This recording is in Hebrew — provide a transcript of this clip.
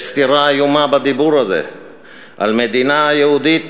יש סתירה איומה בדיבור הזה על מדינה יהודית,